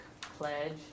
pledge